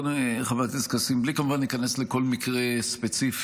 חבר הכנסת כסיף: בלי כמובן להיכנס לכל מקרה ספציפי,